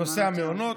נכון, נושא המעונות.